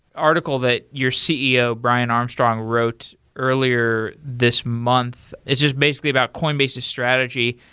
article that your ceo brian armstrong, wrote earlier this month. it's just basically about coinbase's strategy.